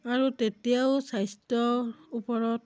আৰু তেতিয়াও স্বাস্থ্য ওপৰত